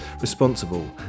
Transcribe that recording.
responsible